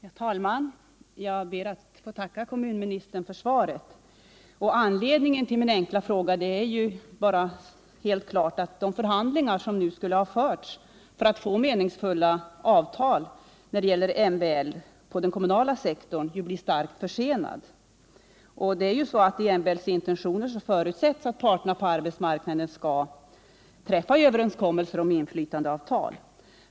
Herr talman! Jag ber att få tacka kommunministern för svaret. Anledningen till min fråga är att de förhandlingar som skulle ha förts för att få till stånd ett meningsfullt MBL-avtal på den kommunala sektorn nu blir starkt försenade. I MBL:s intentioner förutsätts att parterna på arbetsmarknaden skall träffa överenskommelser om inflytandeavtal.